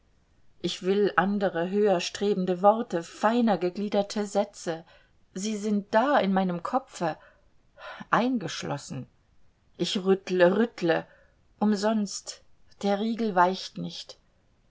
ich will andere höherstrebende worte feiner gegliederte sätze sie sind da in meinem kopfe eingeschlossen ich rüttle rüttle umsonst der riegel weicht nicht